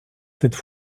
cette